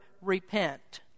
repent